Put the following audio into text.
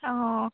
অঁ